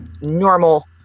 normal